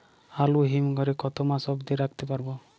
আলু হিম ঘরে কতো মাস অব্দি রাখতে পারবো?